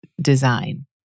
design